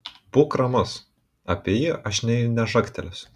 būk ramus apie jį aš nė nežagtelėsiu